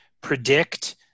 predict